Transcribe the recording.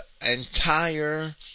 entire